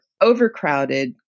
overcrowded